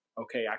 okay